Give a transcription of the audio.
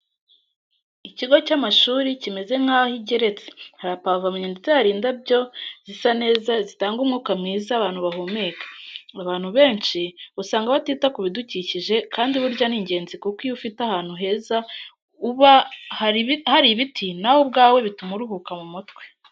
Ikigo cy'amashuri kimeze nk'aho igeretse harapavomye ndetse hari n'indabyo zisa neza zitanga umwuka mwiza abantu bahumeka, abantu benshi usanga batita ku bidukikije kandi burya ni ingenzi kuko iyo ufite ahantu heza uba hari ibiti nawe ubwawe bituma uruhuka mu mutwe.